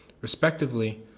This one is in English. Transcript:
Respectively